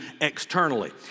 externally